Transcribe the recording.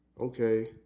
Okay